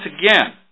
again